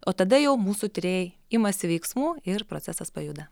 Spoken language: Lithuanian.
o tada jau mūsų tyrėjai imasi veiksmų ir procesas pajuda